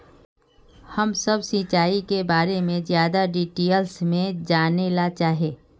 हम सब सिंचाई के बारे में ज्यादा डिटेल्स में जाने ला चाहे?